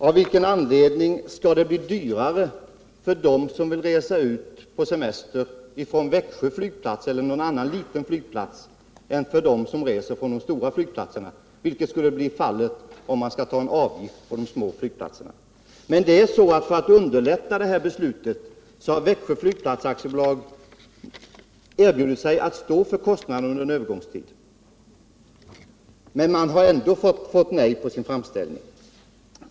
Av vilken anledning skall det bli dyrare för dem som vill resa på semester från Växjö flygplats eller någon annan liten flygplats än för dem som reser från de stora flygplatserna? Så blir ju fallet om man tar ut en avgift på de små flygplatserna. Föratt underlätta detta beslut har Växjö Flygplats AB erbjudit sig att stå för kostnaderna under en övergångstid. Men bolaget har ändå fått avslag på sin framställning.